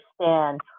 understand